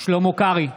שלמה קרעי,